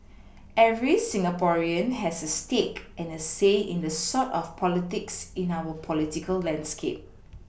every Singaporean has a stake and a say in the sort of politics in our political landscape